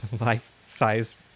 life-size